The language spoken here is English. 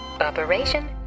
Operation